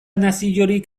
naziorik